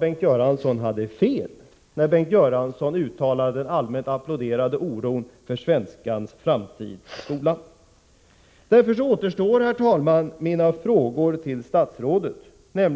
Bengt Göransson fel när Bengt Göransson uttalade sin oro för svenskans framtid i skolan, vilket så allmänt applåderades? Mina frågor till statsrådet kvarstår, herr talman.